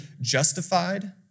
justified